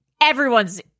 everyone's